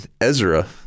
Ezra